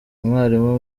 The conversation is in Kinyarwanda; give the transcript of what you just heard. umwalimu